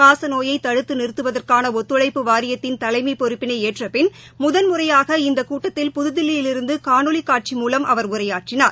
காசநோயை தடுத்து நிறுத்துவதற்கான ஒத்துழைப்பு வாரியத்தின் தலைமை பொறுப்பினை ஏற்ற பின் முதன் முறையாக இந்த கூட்டத்தில் புதுதில்லியிலிருந்து காணொலி காட்சி மூலம் அவர் உரையாற்றினார்